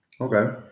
Okay